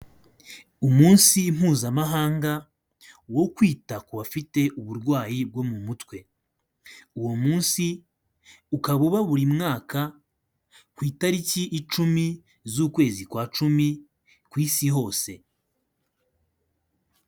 Umunsi mpuzamahanga wo kwita ku bafite uburwayi bwo mu mutwe uwo munsi ukaba uba buri mwaka ku itariki icumi z'ukwezi kwa cumi ku isi hose.